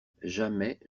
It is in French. jamais